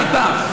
ההסתה,